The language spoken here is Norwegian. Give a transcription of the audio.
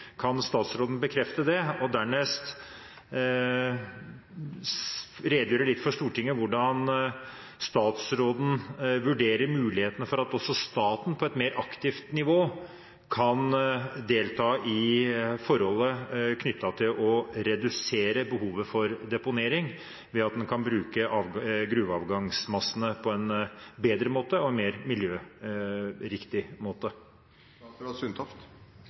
Kan statsråden bekrefte det, og dernest redegjøre litt for Stortinget for hvordan statsråden vurderer mulighetene for at også staten på et mer aktivt nivå kan delta i forhold knyttet til å redusere behovet for deponering ved at en kan bruke gruveavgangsmassene på en bedre måte og en mer miljøriktig måte?